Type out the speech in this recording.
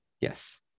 Yes